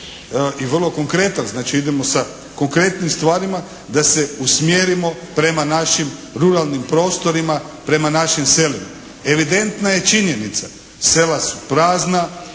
i vrlo konkretan, znači idemo sa konkretnim stvarima da se usmjerimo prema našim ruralnim prostorima, prema našim selima. Evidentna je činjenica sela su prazna,